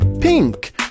pink